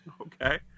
Okay